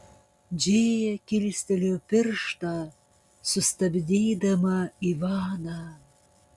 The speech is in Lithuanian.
džėja kilstelėjo pirštą sustabdydama ivaną